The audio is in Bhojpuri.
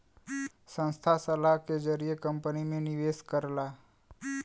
संस्था सलाह के जरिए कंपनी में निवेश करला